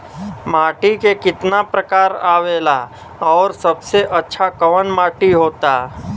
माटी के कितना प्रकार आवेला और सबसे अच्छा कवन माटी होता?